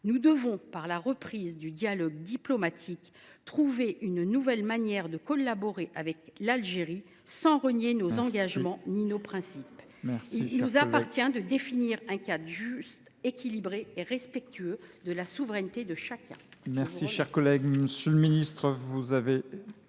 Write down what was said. Nous devons, par la reprise du dialogue diplomatique, trouver une nouvelle manière de collaborer avec l’Algérie, sans renier nos engagements ni nos principes. Veuillez conclure, ma chère collègue. Il nous appartient de définir un cadre juste, équilibré et respectueux de la souveraineté de chacun.